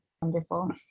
wonderful